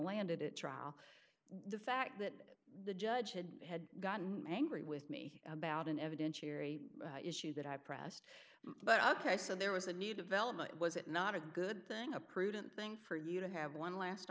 land it trial the fact that the judge had had gotten angry with me about an evidentiary issue that i pressed but ok so there was a new development was it not a good thing a prudent thing for you to have one last